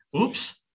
oops